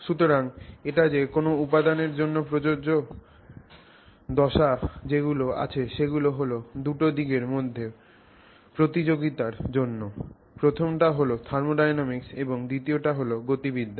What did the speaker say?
সুতরাং এটা যে কোনও উপাদানের জন্য প্রযোজ্য দশা যেগুলো আছে সেগুলো হল দুটো দিকের মধ্যে প্রতিযোগিতার জন্য প্রথমটা হল থার্মোডায়নামিক্স এবং দ্বিতীয়টা হল গতিবিদ্যা